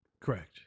Correct